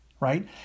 right